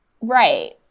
Right